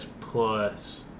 plus